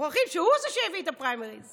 שוכחים שהוא זה שהביא את הפריימריז.